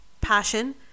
passion